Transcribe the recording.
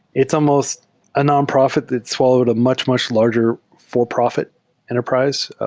it's almost a nonprofit that swallowed a much, much larger for-profit enterprise,